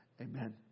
Amen